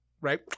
Right